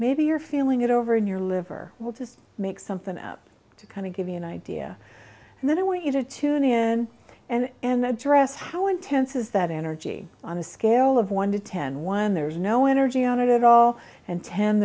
maybe you're feeling it over in your liver will just make something up to kind of give you an idea and then i want you to tune in and address how intense is that energy on a scale of one to ten one there's no energy on it at all and ten